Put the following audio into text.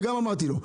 ואמרתי לו,